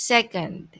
Second